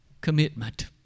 Commitment